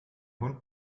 hund